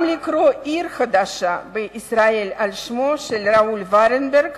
גם לקרוא עיר חדשה בישראל על שמו של ראול ולנברג